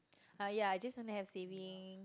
uh ya I just want to have saving